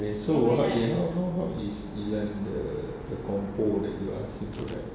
okay so how how how is ilya the compo~ that you ask him to write